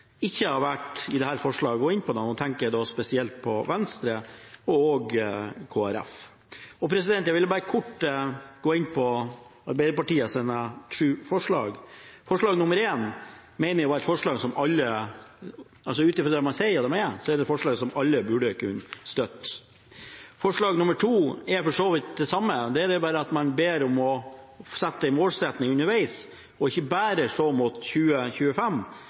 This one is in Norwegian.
ikke har vært med på forslagene, hadde gått inn på dem. Da tenker jeg spesielt på Venstre og Kristelig Folkeparti. Jeg tenkte jeg kort ville gå inn på Arbeiderpartiets sju forslag. Forslag nr. 1 er et forslag vi mener at alle – ut fra det man sier at man er – burde kunne støtte. Forslag nr. 2 er for så vidt det samme. Det er at man ber om målsettinger underveis og ikke bare ser mot 2030, men at man har underveismål i 2020 og 2025.